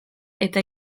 eta